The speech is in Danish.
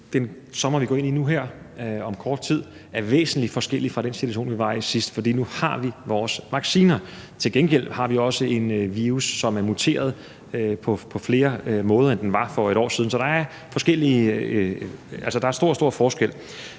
den sommer, vi går ind i nu her om kort tid, er væsentlig forskellig fra den situation, vi var i sidst, for nu har vi vores vacciner. Til gengæld har vi også en virus, som er muteret på flere måder, end den var for et år siden. Så der er stor, stor forskel,